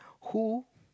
who